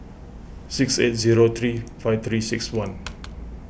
six eight zero three five three six one